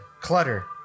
clutter